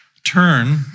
Turn